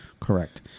Correct